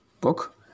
book